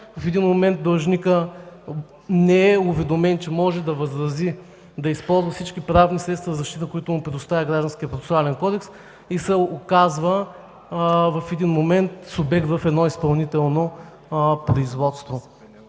В един момент длъжникът не е уведомен, че може да възрази и да използва всички правни средства на защита, които му предоставя Гражданският процесуален кодекс, и се оказва в един момент субект в изпълнително производство.